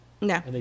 No